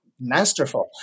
masterful